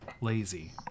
lazy